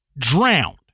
drowned